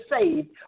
saved